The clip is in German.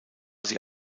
sie